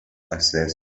ofrecer